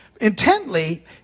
intently